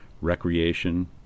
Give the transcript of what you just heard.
recreation